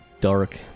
dark